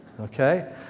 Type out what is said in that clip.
Okay